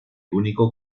único